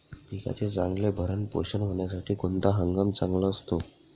पिकाचे चांगले भरण पोषण होण्यासाठी कोणता हंगाम चांगला असतो?